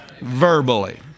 Verbally